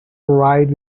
write